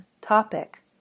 topic